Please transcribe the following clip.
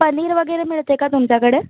पनीर वगैरे मिळते का तुमच्याकडे